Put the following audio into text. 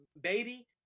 baby